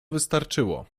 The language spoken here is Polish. wystarczyło